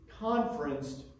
conferenced